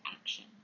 action